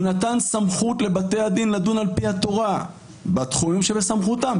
הוא נתן סמכות לבתי הדין לדון על פי התורה בתחומים שבסמכותם,